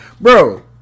Bro